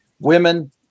Women